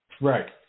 Right